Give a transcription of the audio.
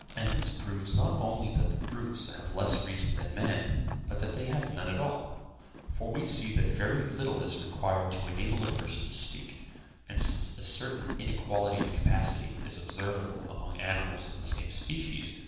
and this proves not only that the brutes have less reason than man, but that they have none at all for we see that very little is required to enable a person to speak and since a certain inequality of capacity is observable among animals of the same species,